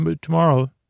tomorrow